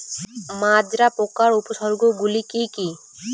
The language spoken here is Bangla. মাজরা পোকার উপসর্গগুলি কি কি?